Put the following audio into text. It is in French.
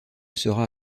sera